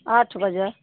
आठ बजे